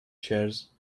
chairs